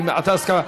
הייתה הסכמה.